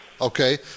Okay